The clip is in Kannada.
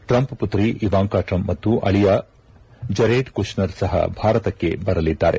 ಟ್ರಂಪ್ ಪುತ್ರಿ ಇವಾಂಕ ಟ್ರಂಪ್ ಮತ್ತು ಅಳಿಯ ಜರೇಡ್ ಕುಷ್ನರ್ ಸಹ ಭಾರತಕ್ಕೆ ಬರಲಿದ್ದಾರೆ